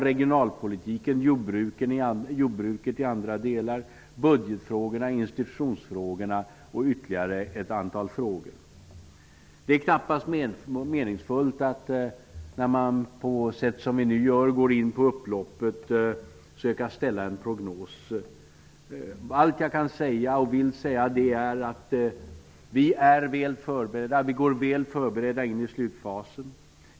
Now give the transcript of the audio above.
Det gäller regionalpolitiken, jordbruket i andra delar, budgetfrågorna, institutionsfrågorna och ytterligare ett antal frågor. Det är knappast meningsfullt att nu på upploppet försöka ställa en prognos. Allt jag kan, och vill, säga är att vi går väl förberedda in i slutfasen.